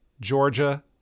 Georgia